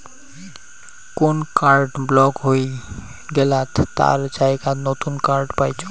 কোন card block হই গেলাত তার জায়গাত নতুন কার্ড পাইচুঙ